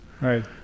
Right